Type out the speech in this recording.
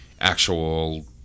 actual